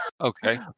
Okay